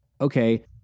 okay